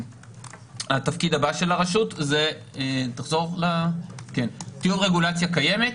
התפקיד הבא של הרשות, טיוב רגולציה קיימת.